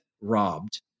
robbed